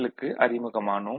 க்கு அறிமுகமானோம்